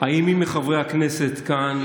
האם מי מחברי הכנסת כאן